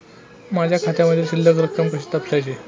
माझ्या खात्यामधील शिल्लक रक्कम कशी तपासायची?